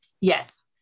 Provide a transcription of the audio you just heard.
Yes